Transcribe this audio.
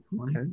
okay